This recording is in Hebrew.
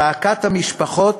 זעקת המשפחות,